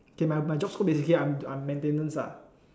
okay my my job scope basically I'm I'm maintenance lah